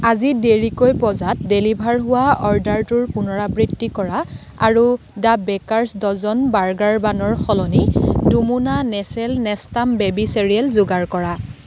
আজি দেৰিকৈ বজাত ডেলিভাৰ হোৱা অৰ্ডাৰটোৰ পুনৰাবৃত্তি কৰা আৰু দা বেকাৰ্ছ ডজন বাৰ্গাৰ বানৰ সলনি দুমোনা নেচেল নেষ্টাম বেবী চেৰিয়েল যোগাৰ কৰা